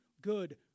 Good